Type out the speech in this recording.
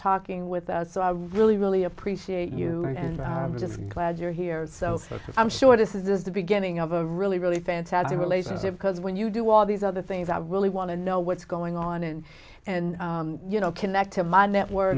talking with us so i really really appreciate you and i'm just glad you're here so i'm sure this is just the beginning of a really really fantastic relationship because when you do all these other things i really want to know what's going on and and you know connect to my network